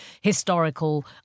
historical